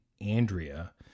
Andrea